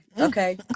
okay